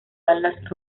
alas